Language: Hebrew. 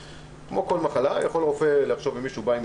כמו בכל מחלה יכול רופא לחשוב שאם מישהו בא עם